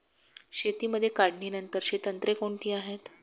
शेतीमध्ये काढणीनंतरची तंत्रे कोणती आहेत?